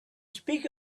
speak